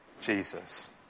Jesus